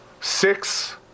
six